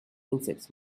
insects